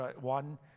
one